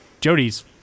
Jody's